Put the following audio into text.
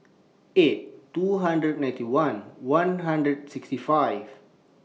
eight two hundred ninety one one hundred sixty five